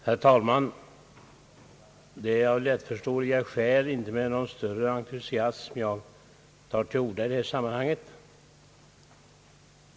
Herr talman! Det är av lättförståeliga skäl inte med någon större entusiasm som jag tar till orda i detta sammanhang.